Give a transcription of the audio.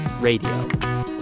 Radio